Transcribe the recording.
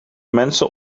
mensen